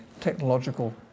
technological